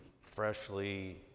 freshly